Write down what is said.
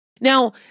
Now